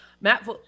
Matt